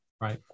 Right